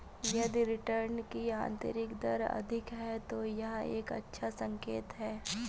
यदि रिटर्न की आंतरिक दर अधिक है, तो यह एक अच्छा संकेत है